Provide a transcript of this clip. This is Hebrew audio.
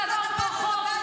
אף אחד לא מגיע לוועדות